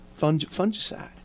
fungicide